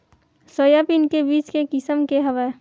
Soybean के बीज के किसम के हवय?